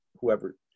whoever